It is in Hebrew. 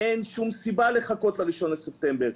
אין שום סיבה לחכות ל-1 בספטמבר,